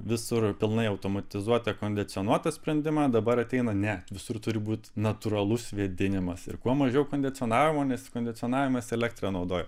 visur pilnai automatizuota kondicionuotą sprendimą dabar ateina ne visur turi būt natūralus vėdinimas ir kuo mažiau kondicionavimo nes kondicionavimas elektrą naudoja